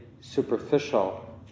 superficial